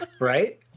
Right